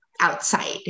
outside